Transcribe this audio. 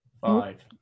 Five